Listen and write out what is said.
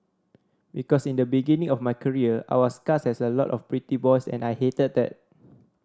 because in the beginning of my career I was cast as a lot of pretty boys and I hated that